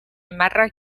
marrak